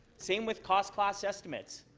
same with cost cost estimates,